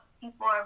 people